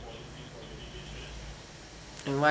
what